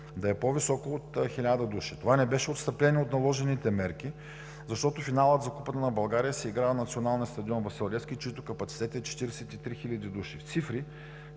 да е по-висока от хиляда души. Това не беше отстъпление от наложените мерки, защото финалът за Купата на България се игра на Националния стадион „Васил Левски“, чиито капацитет е 43 хиляди души. В цифри